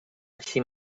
així